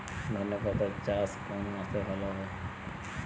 ধনেপাতার চাষ কোন মাসে ভালো হয়?